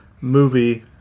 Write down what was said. movie